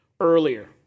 earlier